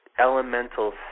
elemental